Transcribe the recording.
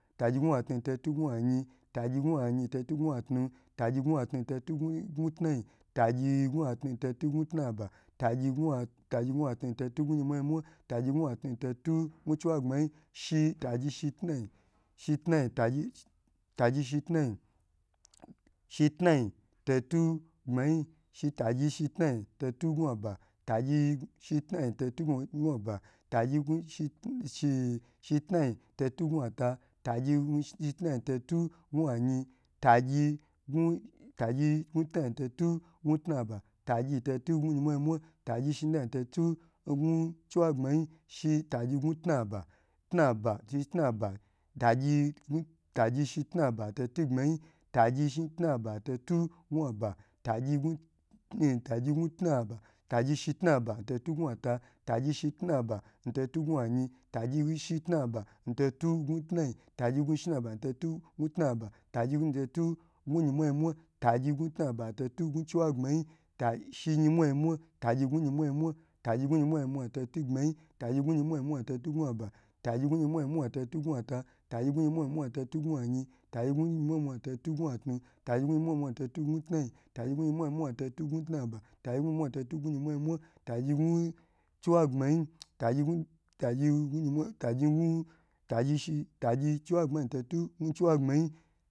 Tagyi shita che awo tagyi chewo che gbmayi tagyi shita che ata shita che ayin tagyi shita chaatu tagyi shita cha tnayi tagyishita she tnaba tagyi shita che yinmwa yinmwa tagi shita cha tnayi tagyishita she tnaba tagyi shita che yinmwa yinmwa tagi shita chan chiwagbayi tagyi shita cha shiyi shiyin chagbmayi tagyi shiyincha aba tagyi tagyi shiba cha tnaba tagyi cha shiba tagy cha chiwa gbmayi tagyi aba tagya aba che gbmayi tagy aba cha ata tagyi ata tagy ata cha gbmayi tagyi ata cha agi tagyi ata cha atu tagyi ata cha tnayi tagyi ata cha tagyi shiyin cha aba shiyin cha tnaba tagyi atu chachiwagbayi shitnaba shitargba chayinmwa yinmwa shitmagba cha tanba shitnaba char chiwagbmayi.